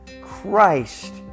Christ